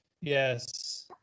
Yes